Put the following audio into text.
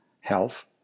health